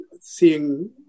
seeing